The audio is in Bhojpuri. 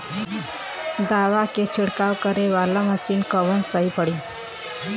दवा के छिड़काव करे वाला मशीन कवन सही पड़ी?